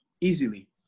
easily